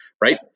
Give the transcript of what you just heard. right